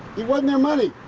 it wasn't their money.